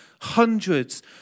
hundreds